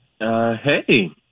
Hey